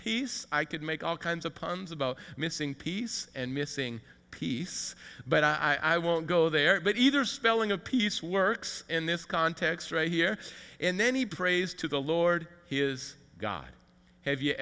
piece i could make all kinds of puns about missing piece and missing piece but i won't go there but either spelling a piece works in this context right here and then he prays to the lord he is god have you